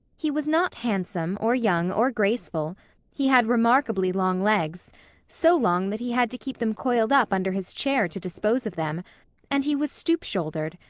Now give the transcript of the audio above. he was not handsome or young or graceful he had remarkably long legs so long that he had to keep them coiled up under his chair to dispose of them and he was stoop-shouldered.